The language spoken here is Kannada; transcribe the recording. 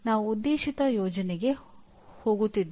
ನಾನು ಇಲ್ಲಿ ಏನನ್ನು ಮಾಡಲು ಸಾಧ್ಯ